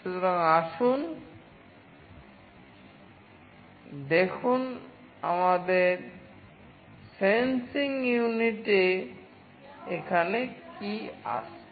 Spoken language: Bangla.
সুতরাং আসুন দেখুন আমাদের সেন্সিং ইউনিটএ এখানে কী আসছে